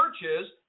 churches